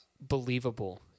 believable